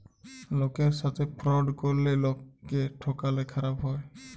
লকের সাথে ফ্রড ক্যরলে লকক্যে ঠকালে খারাপ হ্যায়